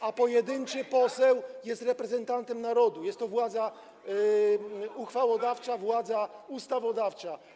A pojedynczy poseł jest reprezentantem narodu, jest to władza uchwałodawcza, władza ustawodawcza.